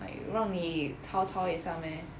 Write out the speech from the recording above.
like 让你抄抄一下 meh